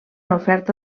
oferta